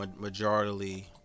majority